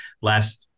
last